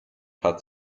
hat